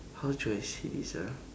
how to explain this ah